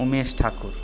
Umesh Thakur